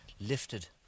lifted